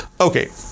okay